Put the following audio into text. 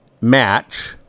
match